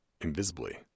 invisibly